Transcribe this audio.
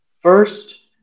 First